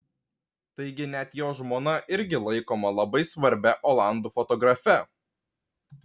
taigi net jo žmona irgi laikoma labai svarbia olandų fotografe